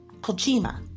Kojima